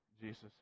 Jesus